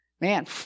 Man